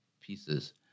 pieces